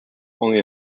only